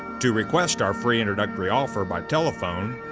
to request our free introductory offer by telephone,